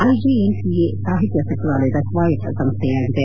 IGN CA ಸಾಹಿತ್ಯ ಸಚಿವಾಲಯದ ಸ್ವಾಯತ್ತ ಸಂಸ್ಥೆಯಾಗಿದೆ